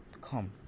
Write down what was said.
come